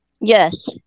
Yes